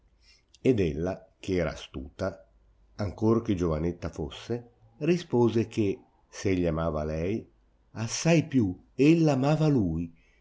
ed ella che era astuta ancor che giovanetta fosse rispose che se egli amava lei assai più ella amava lui